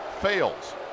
fails